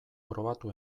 probatu